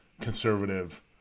conservative